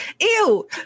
Ew